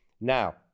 Now